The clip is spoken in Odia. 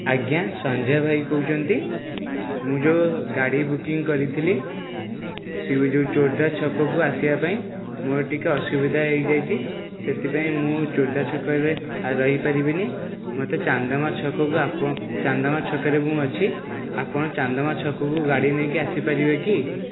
ଆଜ୍ଞା ସଞ୍ଜୟ ଭାଇ କହୁଛନ୍ତି ମୁଁ ଯେଉଁ ଗାଡ଼ି ବୁକିଙ୍ଗ୍ କରିଥିଲି ସିଉ ଯେଉଁ ଚୋରଦା ଛକକୁ ଆସିବାପାଇଁ ମୋର ଟିକିଏ ଅସୁବିଧା ହୋଇଯାଇଛି ସେଥିପାଇଁ ମୁଁ ଚୋରଦା ଛକରେ ଆଉ ରହିପାରିବିନି ମୋତେ ଚାନ୍ଦମା ଛକକୁ ଚାନ୍ଦମା ଛକରେ ମୁଁ ଅଛି ଆପଣ ଚାନ୍ଦମା ଛକକୁ ଗାଡ଼ି ନେଇକି ଆସିପାରିବେ କି